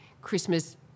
Christmas